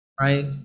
right